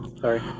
Sorry